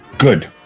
good